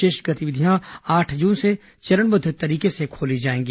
शेष गतिविधियां आठ जून से चरणबद्ध ढंग से खोली जाएंगी